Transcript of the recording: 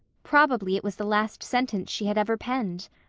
probably it was the last sentence she had ever penned.